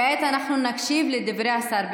כעת אנחנו נקשיב לדברי השר.